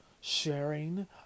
sharing